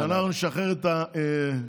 כשאנחנו נשחרר את הפלונטר בוועדה.